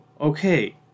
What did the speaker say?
okay